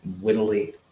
wittily